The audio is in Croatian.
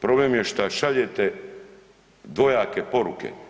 Problem je što šaljete dvojake poruke.